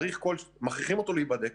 מכריחים אותו להיבדק